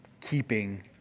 keeping